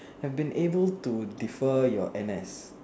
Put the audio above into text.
have been able to defer your NS